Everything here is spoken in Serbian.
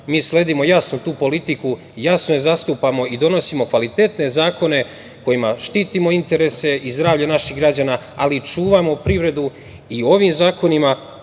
Mi sledimo jasno tu politiku, jasno je zastupamo i donosimo kvalitetne zakone kojima štitimo interese i zdravlje naših građana, ali čuvamo privredu i ovim zakonima